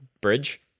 bridge